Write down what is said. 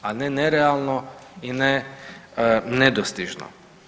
A ne nerealno i ne, nedostižno.